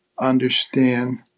understand